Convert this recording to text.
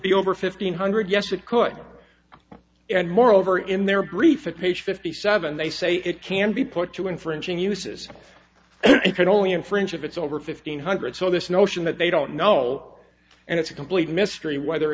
be over fifteen hundred yes it could and moreover in their brief it page fifty seven they say it can be put to infringing uses it could only infringe if it's over fifteen hundred so this notion that they don't know and it's a complete mystery whether